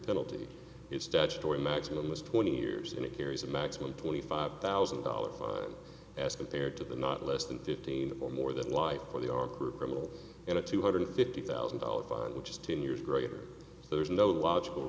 penalty is statutory maximum is twenty years and it carries a maximum twenty five thousand dollars as compared to the not less than fifteen or more that life for the ark are criminal and a two hundred fifty thousand dollars fine which is ten years greater there's no logical